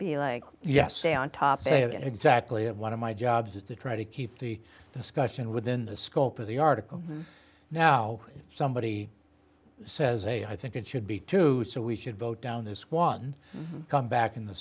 be like yes stay on top of it exactly and one of my jobs is to try to keep the discussion within the scope of the article now somebody says a i think it should be two so we should vote down this one come back in the